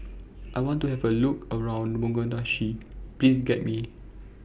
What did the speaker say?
I want to Have A Look around Mogadishu Please Guide Me